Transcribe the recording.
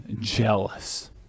jealous